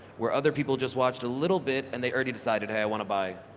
where other people just watched a little bit and they already decided, hey i want to buy.